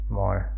more